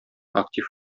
актив